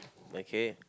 okay